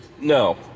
No